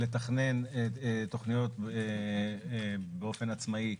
לתכנן תוכניות באופן עצמאי